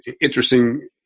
interesting